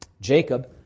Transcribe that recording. Jacob